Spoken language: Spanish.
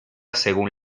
según